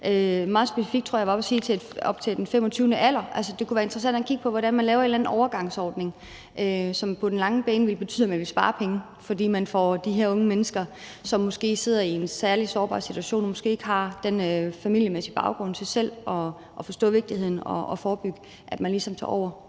Meget specifikt tror jeg jeg var oppe at sige, at det er op til det 25. år. Altså, det kunne være interessant at kigge på, hvordan man laver en eller anden overgangsordning, som på den lange bane vil betyde, at man vil spare penge, fordi man får de her unge mennesker, som måske sidder i en særlig sårbar situation, og som måske ikke har den familiemæssige baggrund til selv at forstå vigtigheden af at forebygge, til det, altså at man ligesom tager over